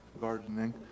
Gardening